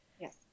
Yes